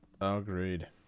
Agreed